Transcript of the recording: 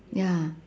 ya